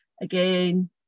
again